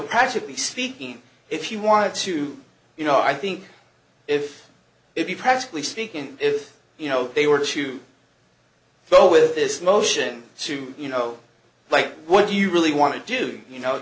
practically speaking if you want to you know i think if it be practically speaking if you know they were to go with this motion to you know like what do you really want to do you know